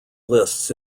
lists